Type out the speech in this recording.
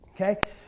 Okay